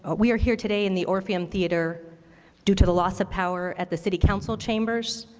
ah we are here today in the orpheum theater due to the loss of power at the city council chambers